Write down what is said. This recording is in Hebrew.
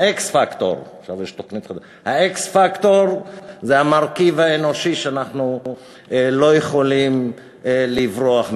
ה-x פקטור זה המרכיב האנושי שאנחנו לא יכולים לברוח ממנו.